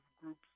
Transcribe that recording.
groups